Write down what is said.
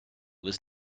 was